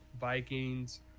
vikings